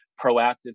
proactive